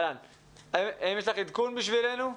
האם יש לך עדכון בשבילנו?